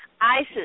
ISIS